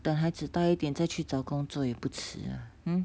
等孩子大一点再去找工作也不迟啊 hmm